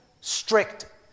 strict